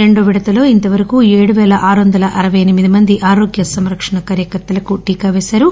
రెండవ విడతలో ఇంత వరకు ఏడుపేల ఆరువందల అరవై ఎనిమిది మంది ఆరోగ్య సంరక్షణ కార్యకర్తలకు టీకా పేసి రూ